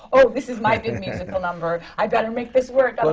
oh, this is my big musical number. i've got to make this work, ah